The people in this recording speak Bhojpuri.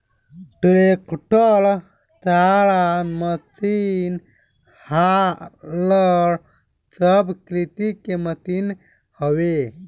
ट्रेक्टर, चारा मसीन, हालर सब कृषि के मशीन हवे